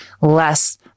less